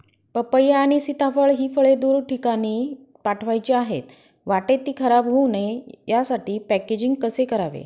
पपई आणि सीताफळ हि फळे दूर ठिकाणी पाठवायची आहेत, वाटेत ति खराब होऊ नये यासाठी पॅकेजिंग कसे करावे?